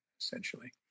essentially